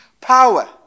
power